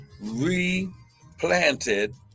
replanted